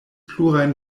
plurajn